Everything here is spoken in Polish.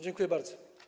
Dziękuję bardzo.